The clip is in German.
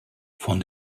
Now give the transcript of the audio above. von